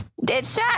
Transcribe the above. Deadshot